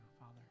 Father